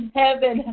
heaven